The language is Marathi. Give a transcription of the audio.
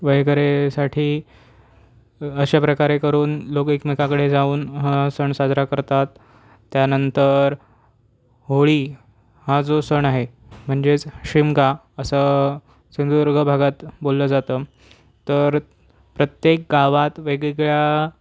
वगैरेसाठी अशा प्रकारे करून लोक एकमेकाकडे जाऊन हा सण साजरा करतात त्यानंतर होळी हा जो सण आहे म्हणजेच शिमगा असं सिंधुदुर्ग भागात बोललं जातं तर प्रत्येक गावात वेगवेगळ्या